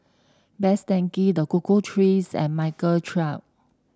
Best Denki The Cocoa Trees and Michael Trio